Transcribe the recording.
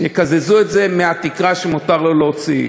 יקזזו אותו מהתקרה שמותר להוציא.